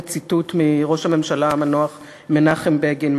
בציטוט מראש הממשלה המנוח מנחם בגין,